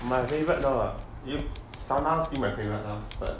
my favourite now ah you sana still my favourite lah but